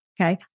okay